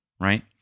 Right